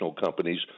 companies